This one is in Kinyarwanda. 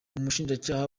ubushinjacyaha